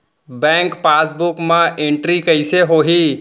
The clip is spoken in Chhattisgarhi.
बैंक पासबुक मा एंटरी कइसे होही?